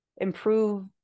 improve